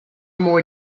more